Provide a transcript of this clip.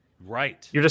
Right